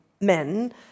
men